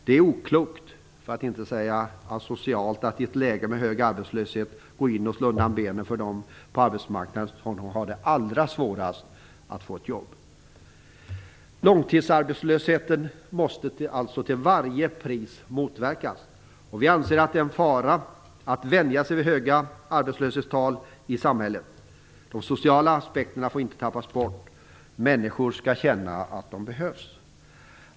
Det är oklokt, för att inte säga asocialt, att i ett läge med hög arbetslöshet gå in och slå undan benen för dem på arbetsmarknaden som har allra svårast att få ett jobb. Långtidsarbetslösheten måste alltså till varje pris motverkas. Vi anser att det är en fara att vänja sig vid höga arbetslöshetstal i samhället. De sociala aspekterna får inte tappas bort. Människor skall känna att de behövs.